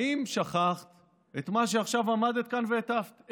האם שכחת את מה שעכשיו עמדת כאן והטפת עליו?